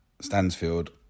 Stansfield